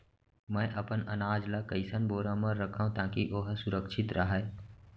मैं अपन अनाज ला कइसन बोरा म रखव ताकी ओहा सुरक्षित राहय?